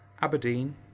Aberdeen